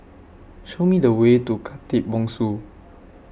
Show Me The Way to Khatib Bongsu